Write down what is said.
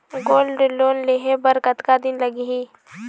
Gold loan लेहे बर कतका दिन लगही?